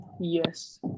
yes